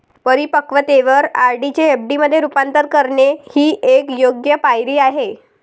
परिपक्वतेवर आर.डी चे एफ.डी मध्ये रूपांतर करणे ही एक योग्य पायरी आहे